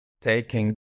taking